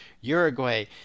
Uruguay